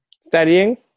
studying